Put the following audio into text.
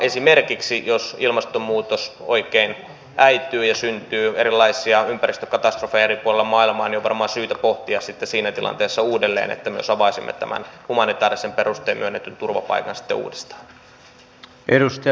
esimerkiksi jos ilmastonmuutos oikein äityy ja syntyy erilaisia ympäristökatastrofeja eri puolella maailmaa niin on varmaan syytä pohtia sitten siinä tilanteessa uudelleen että myös avaisimme tämän humanitäärisin perustein myönnetyn turvapaikan sitten uudestaan